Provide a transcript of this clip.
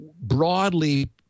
broadly